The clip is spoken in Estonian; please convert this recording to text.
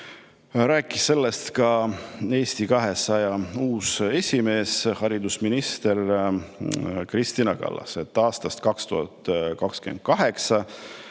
rääkis sellest ka Eesti 200 uus esimees, haridusminister Kristina Kallas. Aastast 2028